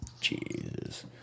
Jesus